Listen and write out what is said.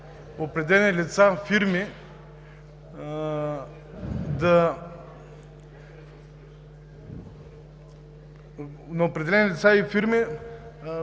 на определени лица и фирми